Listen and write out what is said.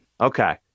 Okay